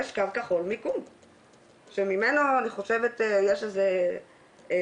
יש קו כחול מיקום שממנו אני חושבת יש איזה SAVE